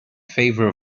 favor